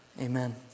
amen